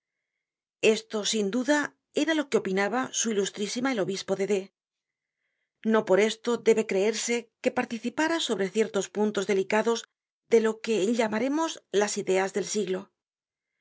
esto sin duda era lo que opinaba su ihistrisima el obispo de d no por esto debe creerse que participara sobre ciertos puntos delicados de lo que llamaremos las ideas del siglo